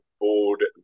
board